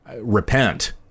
repent